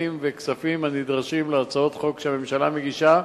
וכספים הנדרשים להצעות חוק שהממשלה מגישה,